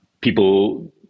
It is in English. people